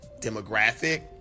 demographic